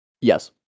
Yes